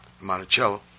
Monticello